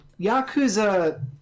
Yakuza